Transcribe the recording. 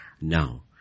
Now